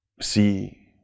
See